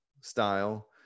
style